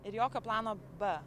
ir jokio plano b